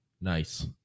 Nice